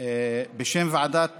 בשם ועדת